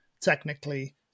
technically